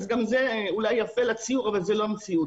זה אולי יפה לציור אבל זאת לא המציאות.